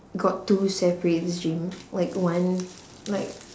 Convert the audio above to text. got two separate gym like one like